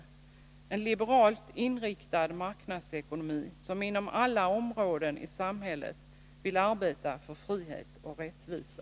Därför är det viktigt med en liberalt inriktad marknadsekonomi som inom alla områden vill arbeta för frihet och rättvisa.